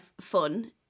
fun